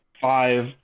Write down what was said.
five